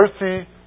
mercy